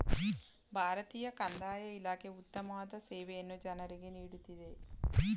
ಭಾರತೀಯ ಕಂದಾಯ ಇಲಾಖೆ ಉತ್ತಮವಾದ ಸೇವೆಯನ್ನು ಜನರಿಗೆ ನೀಡುತ್ತಿದೆ